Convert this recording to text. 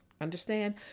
understand